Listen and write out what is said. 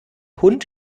hund